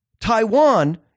Taiwan